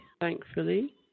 thankfully